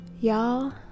y'all